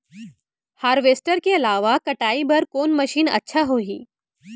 Harvester के अलावा कटाई बर कोन मशीन अच्छा होही?